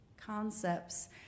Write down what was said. concepts